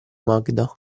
magda